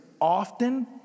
often